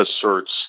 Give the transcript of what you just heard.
asserts